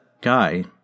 guy